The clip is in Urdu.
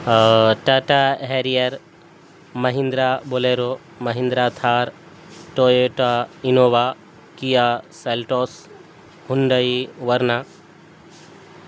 Tata Harrier Mahindra Bolero Mahindra Thar Toyota Innova Kia Seltos Hyundai ورنہ